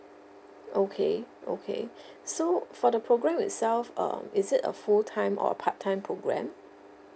okay okay so for the programme itself uh is it a full time or a part time programme